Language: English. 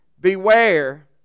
Beware